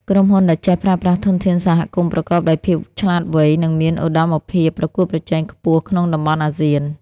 ក្រុមហ៊ុនដែលចេះប្រើប្រាស់ធនធានសហគមន៍ប្រកបដោយភាពឆ្លាតវៃ នឹងមានឧត្តមភាពប្រកួតប្រជែងខ្ពស់ក្នុងតំបន់អាស៊ាន។